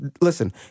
listen